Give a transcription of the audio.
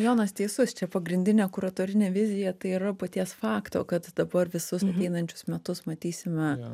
jonas teisus čia pagrindinė kuratorinė vizija tai yra paties fakto kad dabar visus ateinančius metus matysime